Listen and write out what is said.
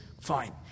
fine